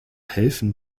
helfen